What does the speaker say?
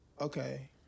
okay